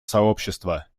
сообщества